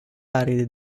aride